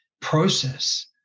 process